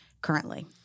currently